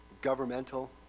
governmental